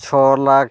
ᱪᱷᱚ ᱞᱟᱠᱷ